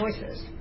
choices